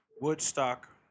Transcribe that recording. Woodstock